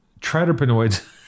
triterpenoids